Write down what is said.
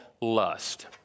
lust